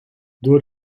door